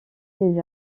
ces